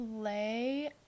play